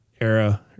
era